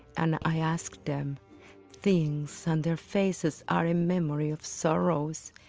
and i ask them things and their faces are a memory of sorrows,